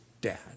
dad